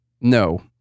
no